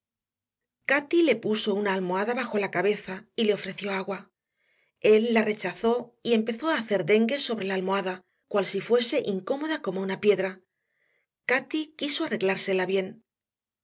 cati le puso una almohada bajo la cabeza y le ofreció agua él la rechazó y empezó a hacer dengues sobre la almohada cual si fuese incómoda como una piedra cati quiso arreglársela bien